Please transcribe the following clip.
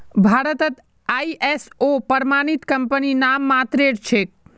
भारतत आई.एस.ओ प्रमाणित कंपनी नाममात्रेर छेक